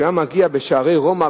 שהיה מגיע בשערי רומא,